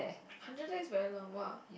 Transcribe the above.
hundred days very long !wah!